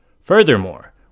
Furthermore